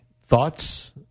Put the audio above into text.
Thoughts